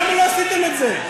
למה לא עשיתם את זה?